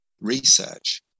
research